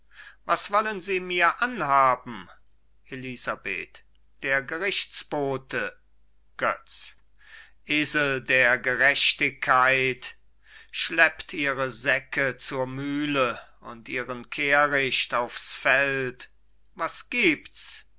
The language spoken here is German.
was wollen sie mir anhaben elisabeth der gerichtsbote götz esel der gerechtigkeit schleppt ihre säcke zur mühle und ihren kehrig aufs feld was gibt's